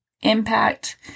impact